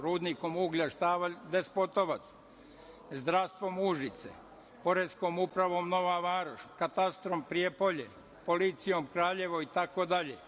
Rudnikom uglja „Štavalj“ – Despotovac; zdravstvom – Užice; poreskom upravom – Nova Varoš; katastrom – Prijepolje; policijom – Kraljevo, itd.